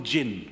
Gin